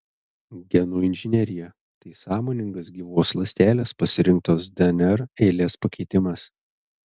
genų inžinerija tai sąmoningas gyvos ląstelės pasirinktos dnr eilės pakeitimas